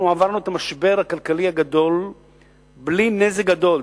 אנחנו עברנו את המשבר הכלכלי הגדול בלי נזק גדול,